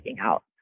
out